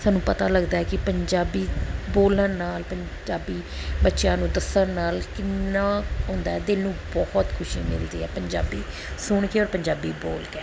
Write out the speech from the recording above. ਸਾਨੂੰ ਪਤਾ ਲੱਗਦਾ ਹੈ ਕਿ ਪੰਜਾਬੀ ਬੋਲਣ ਨਾਲ ਪੰਜਾਬੀ ਬੱਚਿਆਂ ਨੂੰ ਦੱਸਣ ਨਾਲ ਕਿੰਨਾ ਆਉਂਦਾ ਦਿਲ ਨੂੰ ਬਹੁਤ ਖੁਸ਼ੀ ਮਿਲਦੀ ਹੈ ਪੰਜਾਬੀ ਸੁਣ ਕੇ ਔਰ ਪੰਜਾਬੀ ਬੋਲ ਕੇ